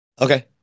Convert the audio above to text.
Okay